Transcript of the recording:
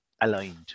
aligned